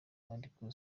ariko